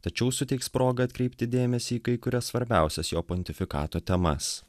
tačiau suteiks progą atkreipti dėmesį į kai kurias svarbiausias jo pontifikato temas